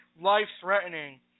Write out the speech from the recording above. life-threatening